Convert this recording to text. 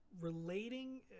relating